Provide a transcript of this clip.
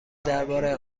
درباره